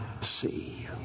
see